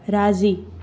राज़ी